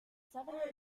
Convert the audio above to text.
seven